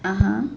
(uh huh)